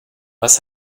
was